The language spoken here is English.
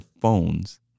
phones